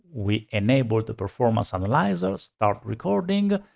we enable the performance analyzer. start recording.